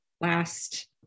last